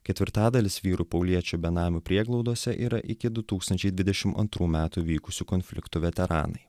ketvirtadalis vyrų pauliečių benamių prieglaudose yra iki du tūkstančiai dvidešim antrų metų vykusių konfliktų veteranai